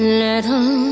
little